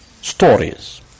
stories